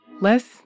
Less